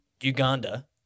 Uganda